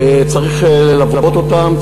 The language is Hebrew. צריך ללוות אותם,